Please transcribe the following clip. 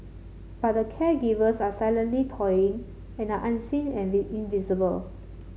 but the caregivers are silently toiling and are unseen and invisible